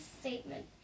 statement